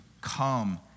Come